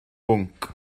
bwnc